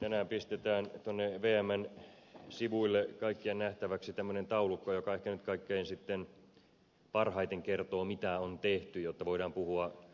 tänään pistetään tuonne vmn sivuille kaikkien nähtäväksi tämmöinen taulukko joka nyt ehkä sitten kaikkein parhaiten kertoo mitä on tehty jotta voidaan puhua